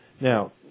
Now